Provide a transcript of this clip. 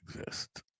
exist